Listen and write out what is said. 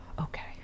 Okay